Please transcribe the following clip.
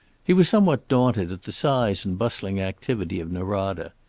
he was somewhat daunted at the size and bustling activity of norada.